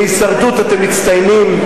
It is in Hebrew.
בהישרדות אתם מצטיינים.